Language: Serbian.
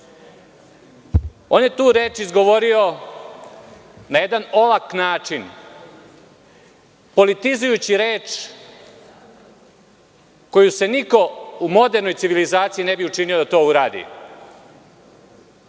On je tu reč izgovorio na jedan olak način, politizujući reč koju se niko u modernoj civilizaciji ne bi usudio da to